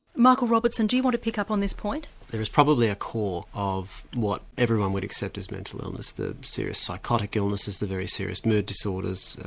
michael robertson, do you want to pick up on this point? there is probably a core of what everyone would accept as mental illness the serious psychotic illnesses, very serious mood disorders,